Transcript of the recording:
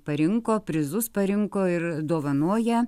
parinko prizus parinko ir dovanoja